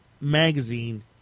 magazine